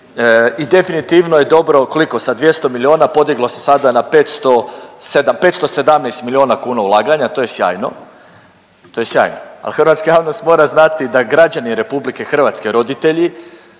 i definitivno je dobro, koliko, sa 200 milijuna podiglo se sada na 507, 517 milijuna kuna ulaganja, to je sjajno, to je sjajno, a hrvatska javnost mora znati da građani RH, roditelji,